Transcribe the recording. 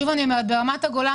ברמת הגולן